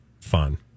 fun